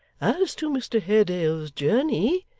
as to mr haredale's journey,